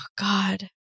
God